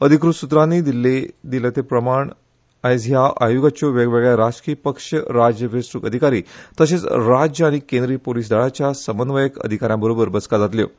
अधिकृत सुत्रानी दिला ते म्हायतेप्रमाण आयज ह्या आयोगाच्यो वेगवेगळ्या राजकीय पक्ष राज्य वेचणूक अधिकारी तशेच राज्य आनी केंद्रीय पोलीस दळाच्या समन्वयक अधिका यांबरोबर बसका जातल्यो